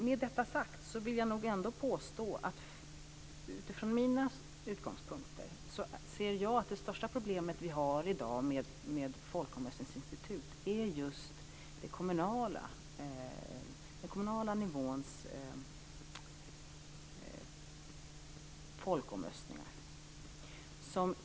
Med detta sagt vill jag nog ändå påstå att utifrån mina utgångspunkter ser jag att det största problemet som vi har i dag med folkomröstningsinstitutet är just den kommunala nivåns folkomröstningar.